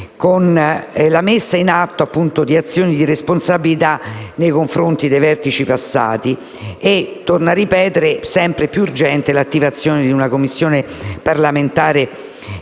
con la messa in atto di azioni di responsabilità nei confronti dei vertici passati. Torno inoltre a ripetere che è sempre più urgente l'attivazione di una Commissione parlamentare